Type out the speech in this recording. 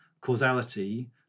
causality